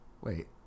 wait